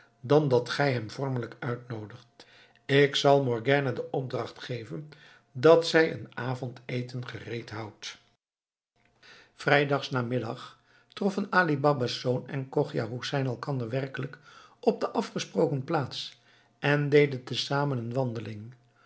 dan dat gij hem vormelijk uitnoodigt ik zal morgiane de opdracht geven dat zij een avondeten gereed houdt vrijdags namiddag troffen ali baba's zoon en chogia hoesein elkander werkelijk op de afgesproken plaats en deden tezamen een wandeling